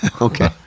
Okay